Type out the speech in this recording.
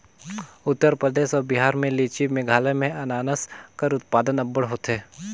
उत्तर परदेस अउ बिहार में लीची, मेघालय में अनानास कर उत्पादन अब्बड़ होथे